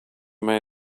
may